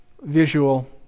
visual